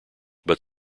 but